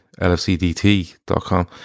lfcdt.com